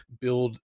build